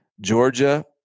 Georgia